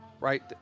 Right